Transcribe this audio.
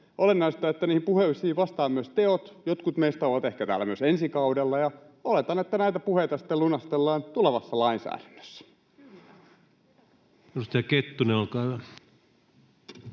Olennaista on, että myös teot vastaavat niitä puheita. Jotkut meistä ovat ehkä täällä myös ensi kaudella, ja oletan, että näitä puheita lunastellaan tulevassa lainsäädännössä. Edustaja Kettunen, olkaa hyvä.